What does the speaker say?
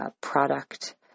product